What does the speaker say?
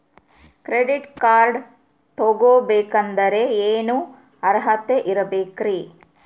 Credit card ತೊಗೋ ಬೇಕಾದರೆ ಏನು ಅರ್ಹತೆ ಇರಬೇಕ್ರಿ?